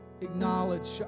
acknowledge